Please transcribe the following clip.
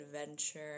adventure